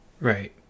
Right